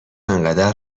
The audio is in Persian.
انقدر